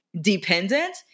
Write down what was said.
dependent